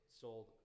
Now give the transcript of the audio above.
sold